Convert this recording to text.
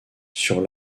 sur